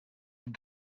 and